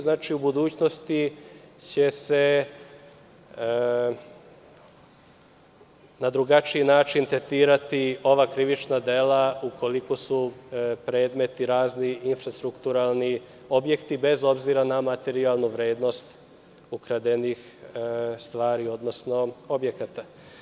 Znači, u budućnosti će se na drugačiji način tretirati ova krivična dela ukoliko su predmeti razni infrastrukturalni objekti bez obzira na materijalnu vrednost ukradenih stvari, odnosno objekata.